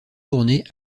tournée